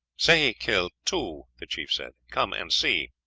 sehi killed too, the chief said, come and see.